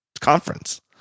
conference